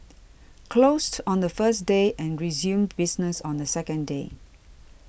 closed on the first day and resumes business on the second day